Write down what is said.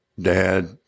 dad